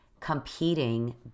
competing